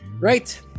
Right